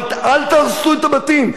אבל אל תהרסו את הבתים.